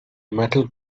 metal